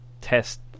test